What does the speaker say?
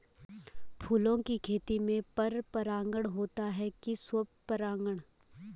फूलों की खेती में पर परागण होता है कि स्वपरागण?